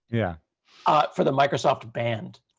yeah ah for the microsoft band.